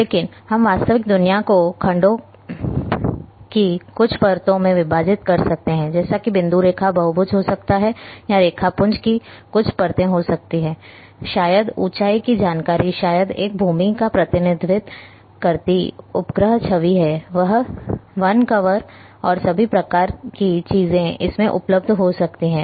लेकिन हम वास्तविक दुनिया को खंडों की कुछ परतों में विभाजित कर सकते हैं जैसे कि बिंदु रेखा बहुभुज हो सकते हैं या रेखापुंज की कुछ परतें हो सकती हैं शायद ऊंचाई की जानकारी शायद एक भूमि का प्रतिनिधित्व करती उपग्रह छवि हैवन कवर और सभी प्रकार की चीजें इसमें उपलब्ध हो सकती है